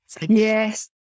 Yes